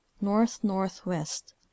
north-northwest